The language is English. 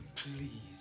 Please